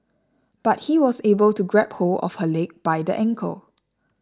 but he was able to grab hold of her leg by the ankle